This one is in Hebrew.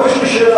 ופה יש לי שאלה,